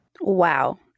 Wow